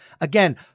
Again